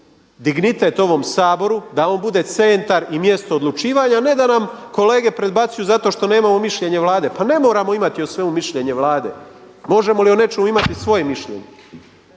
dignitet ovom Saboru da on bude centar i mjesto odlučivanja a ne da nam kolega predbacuju zato što nemamo mišljenje Vlade, pa ne moramo imati o svemu mišljenje Vlade. Možemo li o nečemu imati svoje mišljenje?